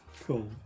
Cool